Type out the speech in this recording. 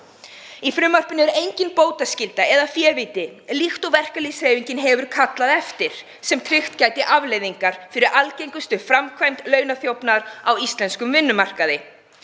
Í frumvarpinu er engin bótaregla eða févíti, líkt og verkalýðshreyfingin hefur kallað eftir, sem tryggt gæti afleiðingar fyrir algengustu framkvæmd launaþjófnaðar á íslenskum vinnumarkaði.“